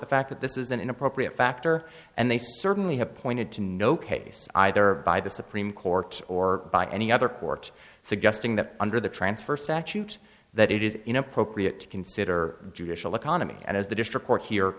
the fact that this is an inappropriate factor and they certainly have pointed to no case either by the supreme court's or by any other court suggesting that under the transfer statute that it is inappropriate to consider judicial economy and as the district court here